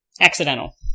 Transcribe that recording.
Accidental